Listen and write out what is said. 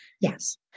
Yes